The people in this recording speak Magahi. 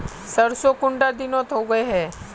सरसों कुंडा दिनोत उगैहे?